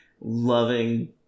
loving